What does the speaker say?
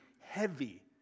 heavy